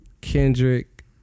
Kendrick